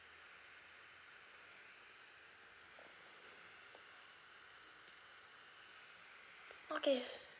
okay